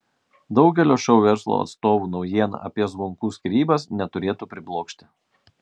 daugelio šou verslo atstovų naujiena apie zvonkų skyrybas neturėtų priblokšti